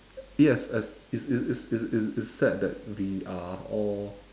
yes yes it's it's it's it's it's sad that we are all